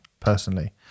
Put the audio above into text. personally